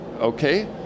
okay